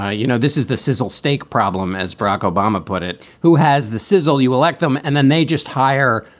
ah you know, this is the sizzle steak problem, as barack obama put it. who has the sizzle? you elect them and then they just hire.